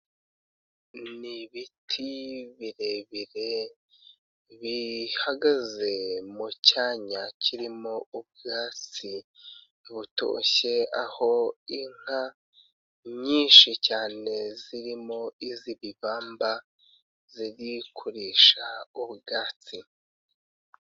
Ni ibiti birebire bihagaze mu cyanya kirimo ubwatsi butoshye aho inka nyinshi cyane zirimo iz'Ibibamba ziri kurisha ubwatsi.